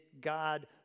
God